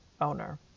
owner